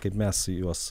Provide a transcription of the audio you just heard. kaip mes juos